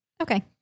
Okay